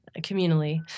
communally